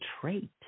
trait